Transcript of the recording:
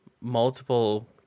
multiple